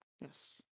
Yes